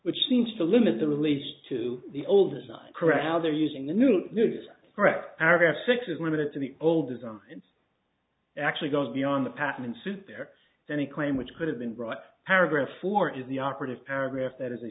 which seems to limit the release to the old is not correct how they're using the new news correct paragraph six is limited to the old designs actually goes beyond the patent suit there then a claim which could have been brought paragraph four is the operative paragraph that is a